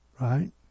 right